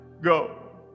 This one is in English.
go